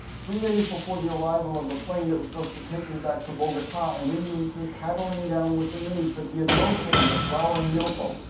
three days before the arrival of the plane that was supposed to take me back to bogota, an indian came paddling down with the news that he had located a flowering yoco.